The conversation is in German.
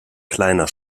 kleiner